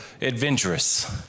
adventurous